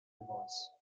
device